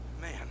man